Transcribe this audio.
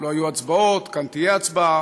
לא היו הצבעות, כאן תהיה הצבעה,